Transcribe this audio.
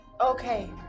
Okay